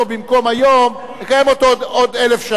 במקום היום בעוד אלף שנה.